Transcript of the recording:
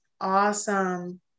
Awesome